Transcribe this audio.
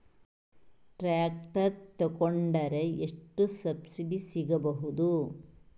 Tractor ತೊಕೊಂಡರೆ ಎಷ್ಟು subsidy ಸಿಗಬಹುದು?